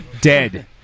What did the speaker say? Dead